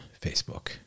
facebook